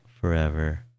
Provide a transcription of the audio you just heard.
Forever